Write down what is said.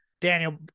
Daniel